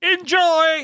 enjoy